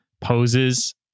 poses